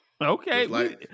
Okay